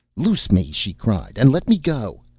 loose me she cried, and let me go.